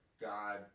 God